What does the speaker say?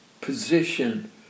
position